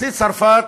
נשיא צרפת,